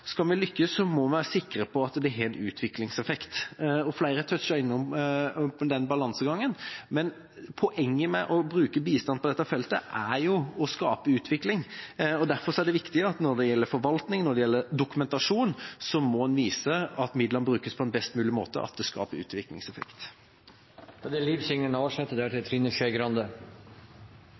skal vi lykkes, må vi være sikre på at det har en utviklingseffekt. Flere tøtsjet innom den balansegangen, men poenget med å bruke bistand på dette feltet er å skape utvikling. Derfor er det viktig, når det gjelder forvaltning, når det gjelder dokumentasjon, å vise at midlene brukes på en best mulig måte, og at det